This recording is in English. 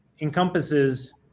encompasses